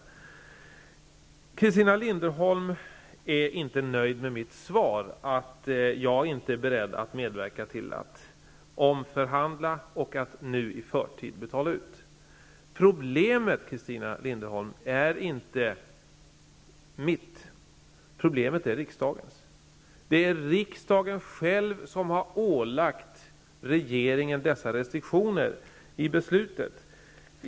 Christina Linderholm är inte nöjd med mitt svar att jag inte är beredd att medverka till att omförhandla och att i förtid betala ut. Problemet, Christina Linderholm, är inte mitt, problemet är riksdagens. Det är riksdagen själv som har ålagt regeringen dessa restriktioner i beslutet.